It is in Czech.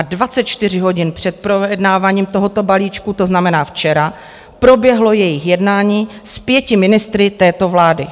24 hodin před projednáváním tohoto balíčku, to znamená včera, proběhlo jejich jednání s pěti ministry této vlády.